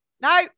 No